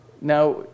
Now